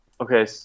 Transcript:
Okay